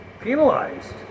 penalized